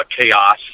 chaos